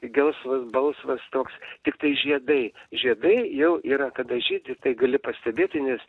gelsvas balsvas toks tiktai žiedai žiedai jau yra kada žydi tai gali pastebėti nes